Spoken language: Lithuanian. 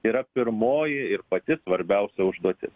yra pirmoji ir pati svarbiausia užduotis